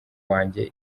wanjye